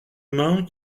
main